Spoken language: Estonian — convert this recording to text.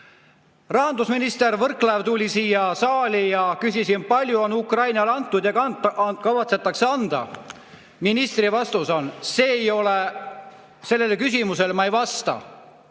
Rahandusminister Võrklaev tuli siia saali ja ma küsisin, kui palju on Ukrainale antud ja kavatsetakse anda. Ministri vastus on: sellele küsimusele ma ei vasta.